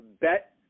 bet